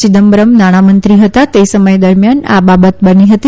ચિદમ્બરમ નાણામંત્રી હતા તે સમય દરમિયાન આ બાબત બની હતી